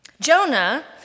Jonah